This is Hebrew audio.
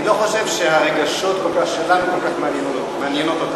אני לא חושב שהרגשות שלנו כל כך מעניינים אותה.